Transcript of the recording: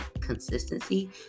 consistency